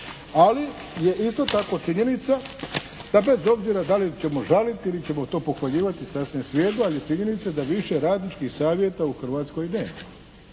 ali je isto tako činjenica da bez obzira da li ćemo žaliti ili ćemo to pohvaljivati, sasvim svejedno, ali je činjenica da više radničkih savjeta u Hrvatskoj